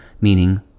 meaning